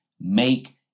make